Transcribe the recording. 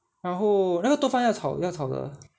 然后那个豆干要炒要炒的